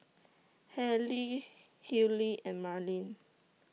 Hailey Hillery and Marlin